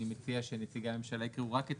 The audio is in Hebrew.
אני מציע שנציגי הממשלה יקראו רק את